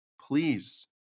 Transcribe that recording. Please